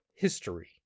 History